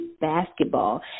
basketball